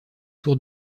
tour